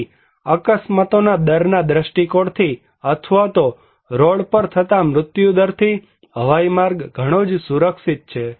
તેથી અકસ્માતોના દરના દ્રષ્ટિકોણથી અથવા તો રોડ પર થતા મૃત્યુદર થી હવાઈમાર્ગ ઘણો જ સુરક્ષિત છે